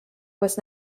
was